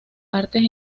artes